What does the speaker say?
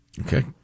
Okay